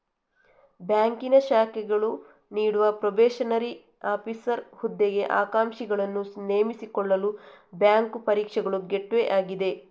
ಬ್ಯಾಂಕಿನ ಶಾಖೆಗಳು ನೀಡುವ ಪ್ರೊಬೇಷನರಿ ಆಫೀಸರ್ ಹುದ್ದೆಗೆ ಆಕಾಂಕ್ಷಿಗಳನ್ನು ನೇಮಿಸಿಕೊಳ್ಳಲು ಬ್ಯಾಂಕು ಪರೀಕ್ಷೆಗಳು ಗೇಟ್ವೇ ಆಗಿದೆ